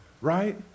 right